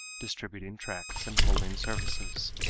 distributing tracts and holding services.